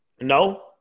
No